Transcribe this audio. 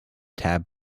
tab